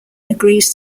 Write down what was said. agrees